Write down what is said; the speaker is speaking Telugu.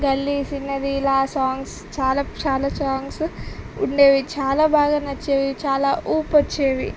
గల్లీ సిన్నది ఇలా సాంగ్స్ చాలా చాలా సాంగ్స్ ఉండేవి చాలా బాగా నచ్చేవి చాలా ఊపొచ్చేవి